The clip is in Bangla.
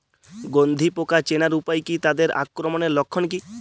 গন্ধি পোকা চেনার উপায় কী তাদের আক্রমণের লক্ষণ কী?